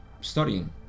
studying